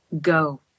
go